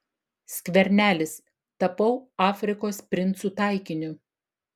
skvernelis tapau afrikos princų taikiniu